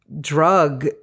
drug